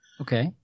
Okay